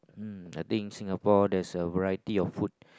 um I think Singapore there's a variety of food